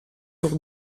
pour